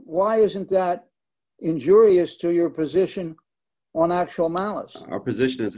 why isn't that injurious to your position on actual mahler's our position is